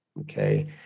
okay